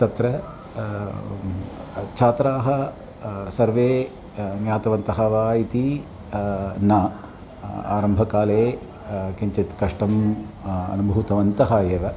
तत्र छात्राः सर्वे ज्ञातवन्तः वा इति न आरम्भकाले किञ्चित् कष्टम् अनुभूतवन्तः एव